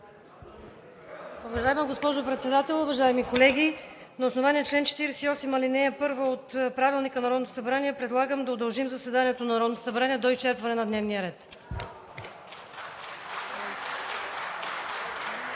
Уважаема госпожо Председател, уважаеми колеги! На основание чл. 48, ал. 1 от Правилника на Народното събрание предлагам да удължим заседанието на Народното събрание до изчерпване на дневния ред.